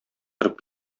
торып